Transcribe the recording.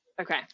Okay